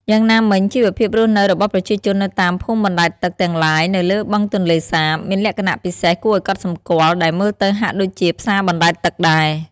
យ៉ាងណាមិញ ជីវភាពរស់នៅរបស់ប្រជាជននៅតាមភូមិបណ្ដែតទឹកទាំងឡាយនៅលើបឹងទន្លេសាបមានលក្ខណៈពិសេសគួរឲ្យកត់សម្គាល់ ដែលមើលទៅហាក់ដូចជាផ្សារបណ្ដែតទឹកដែរ។